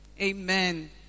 Amen